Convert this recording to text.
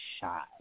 shy